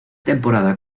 temporada